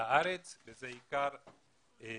לארץ וזה עיקר פעילותנו.